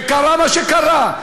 וקרה מה שקרה,